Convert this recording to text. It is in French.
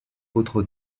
autres